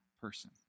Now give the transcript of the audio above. person